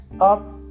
up